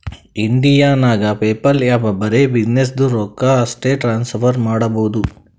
India ನಾಗ್ PayPal app ಬರೆ ಬಿಸಿನ್ನೆಸ್ದು ರೊಕ್ಕಾ ಅಷ್ಟೇ ಟ್ರಾನ್ಸಫರ್ ಮಾಡಬೋದು